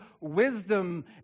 wisdom